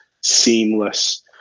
seamless